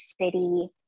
city